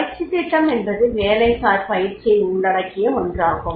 பயிற்சித் திட்டம் என்பது வேலைசார் பயிற்சியை உள்ளடக்கிய ஒன்றாகும்